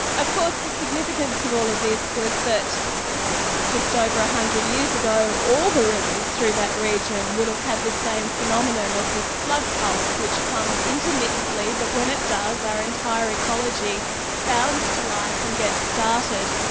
of course the significance of all of this was that just over one hundred years ago all the rivers through that region would've had the same phenomenon of this flood pulse which comes intermittently, but when it does our entire ecology bounds to life and gets started.